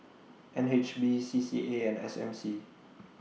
N H B C C A and S M C